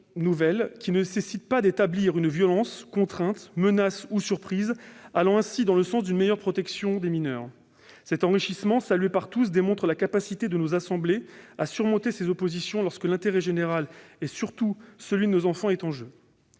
qui ne nécessitent pas d'établir une violence, contrainte, menace ou surprise, allant ainsi dans le sens d'une meilleure protection des mineurs. Cet enrichissement, salué par tous, démontre la capacité de nos assemblées à surmonter ses oppositions lorsque l'intérêt général, et surtout celui de nos enfants, est en jeu.